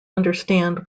understand